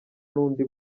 n’undi